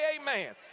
amen